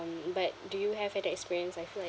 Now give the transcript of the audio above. but do you have had that experience I feel like